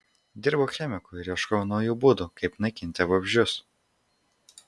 dirbau chemiku ir ieškojau naujų būdų kaip naikinti vabzdžius